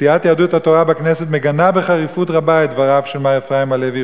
סיעת יהדות התודה בכנסת מגנה בחריפות רבה את דבריו של מר אפרים הלוי,